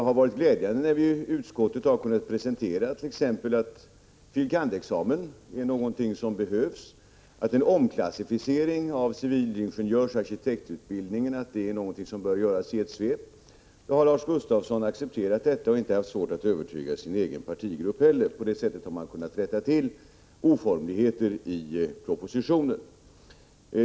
När vi i utskottet presenterade att filosofie kandidatexamen behövs och att en omklassificering av civilingenjörsoch arkitektutbildningarna bör göras i ett svep, accepterade Lars Gustafsson detta och hade inte heller svårt att övertyga sin partigrupp. Det är glädjande att vi på det sättet har kunnat rätta till oformligheter i propositionen.